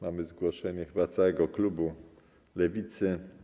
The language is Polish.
Mamy zgłoszenie chyba całego klubu Lewicy.